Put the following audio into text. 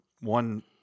one –